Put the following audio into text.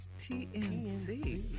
TNC